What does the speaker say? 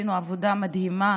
עשינו עבודה מדהימה